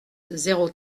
zéro